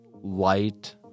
light